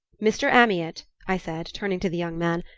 mr. amyot, i said, turning to the young man,